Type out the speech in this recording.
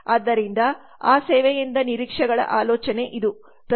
ಆದ್ದರಿಂದ ಆ ಸೇವೆಯಿಂದ ನಿರೀಕ್ಷೆಗಳ ಆಲೋಚನೆ ಇದು